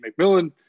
McMillan